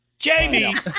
Jamie